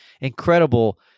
incredible